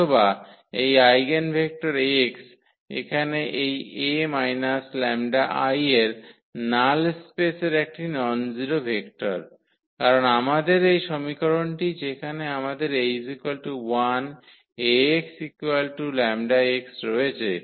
অথবা এই eigenvector x এখানে এই A 𝜆I এর নাল স্পেসের একটি ননজিরো ভেক্টর কারণ আমাদের এই সমীকরণটি যেখানে আমাদের A1 𝐴𝑥 𝜆𝑥 রয়েছে